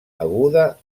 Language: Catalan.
aguda